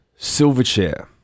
Silverchair